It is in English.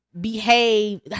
behave